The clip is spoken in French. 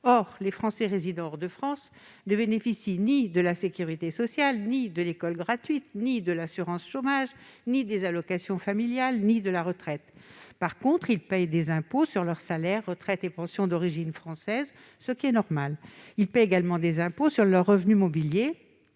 Or les Français résidant hors de France ne bénéficient ni de la sécurité sociale, ni de l'école gratuite, ni de l'assurance chômage, ni des allocations familiales, ni de la retraite. En revanche, ils payent des impôts sur leurs salaires, retraites et pensions d'origine française, ce qui est normal. Ils paient également des impôts sur leurs revenus immobiliers,